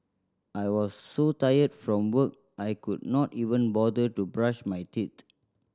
I was so tired from work I could not even bother to brush my teeth